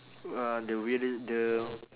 uh the weirdest the